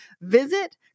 visit